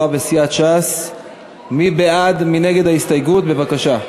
יעקב ליצמן, משה גפני,